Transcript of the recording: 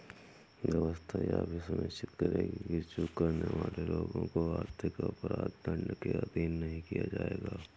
व्यवस्था यह भी सुनिश्चित करेगी कि चूक करने वाले लोगों को आर्थिक अपराध दंड के अधीन नहीं किया जाएगा